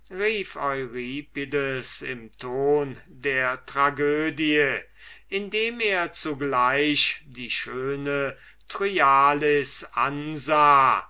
im ton der tragödie indem er zugleich die schöne thryallis ansah